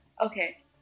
Okay